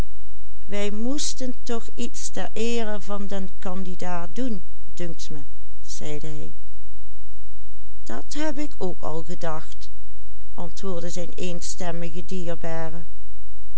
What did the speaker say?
dat heb ik ook al gedacht antwoordde zijn eenstemmige dierbare